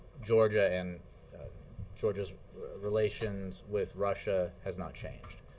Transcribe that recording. georgia and georgia's relations with russia has not changed.